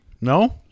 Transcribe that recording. No